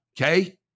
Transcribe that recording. Okay